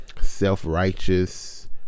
self-righteous